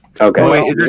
Okay